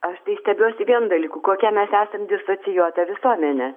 aš tai stebiuosi vien dalyku kokie mes esam disocijuota visuomenė